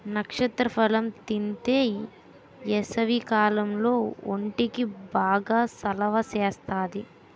నక్షత్ర ఫలం తింతే ఏసవికాలంలో ఒంటికి బాగా సలవ సేత్తాది